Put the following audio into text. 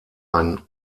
ein